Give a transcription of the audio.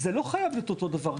זה לא חייב להיות אותו דבר.